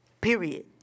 Period